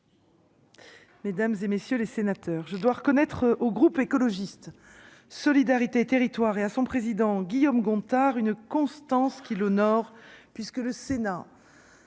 Mesdames et messieurs les sénateurs, je dois reconnaître au groupe écologiste solidarité territoires et à son président Guillaume Gontard une constance qui l'honore, puisque le sénat